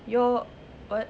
your what